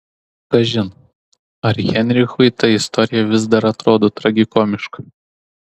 kažin ar heinrichui ta istorija vis dar atrodo tragikomiška